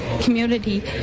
community